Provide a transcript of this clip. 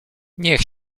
niech